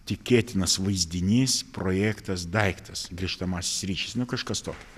tikėtinas vaizdinys projektas daiktas grįžtamasis ryšys nu kažkas tokio